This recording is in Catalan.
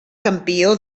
campió